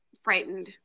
frightened